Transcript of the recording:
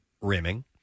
Rimming